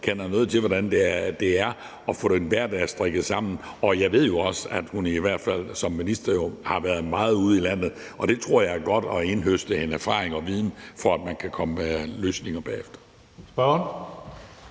kender noget til, hvordan det er at få en hverdag strikket sammen. Jeg ved også, at hun som minister jo har været meget ude i landet. Og jeg tror, det er godt at indhøste en erfaring og viden, for at man kan komme med løsninger bagefter.